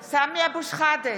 שחאדה,